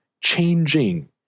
changing